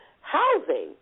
housing